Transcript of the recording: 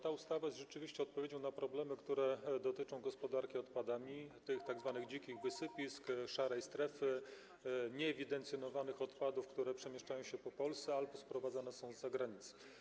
Ta ustawa jest rzeczywiście odpowiedzią na problemy, które dotyczą gospodarki odpadami, tych tzw. dzikich wysypisk, szarej strefy, nieewidencjonowanych odpadów, które przemieszczane są po Polsce albo sprowadzane są z zagranicy.